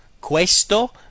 Questo